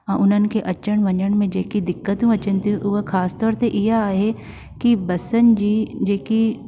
ऐं उन्हनि खे अचण वञण में जेकी दिकतियूं अचनि थियूं उहे ख़ासि तौर ते इहा आहे की बसन जी जेकी